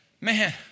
man